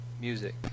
music